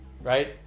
right